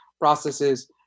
processes